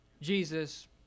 Jesus